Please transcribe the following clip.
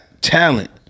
talent